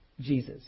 Jesus